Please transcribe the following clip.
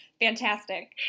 Fantastic